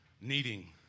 needing